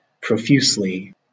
profusely